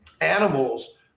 animals